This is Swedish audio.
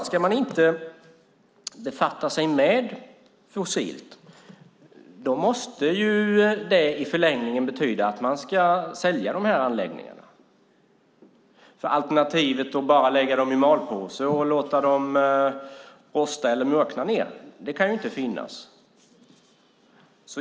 Ska man inte befatta sig med fossil energi måste det i förlängningen betyda att man ska sälja de här anläggningarna. Alternativet att bara lägga dem i malpåse och låta dem rosta eller murkna ned kan inte finnas.